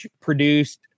produced